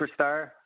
superstar